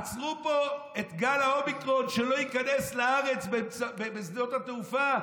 עצרו פה את גל האומיקרון שלא ייכנס לארץ בשדות התעופה.